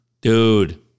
Dude